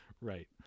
right